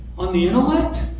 on the intellect?